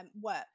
work